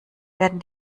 werden